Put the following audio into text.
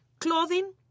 clothing